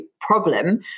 problem